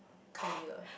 come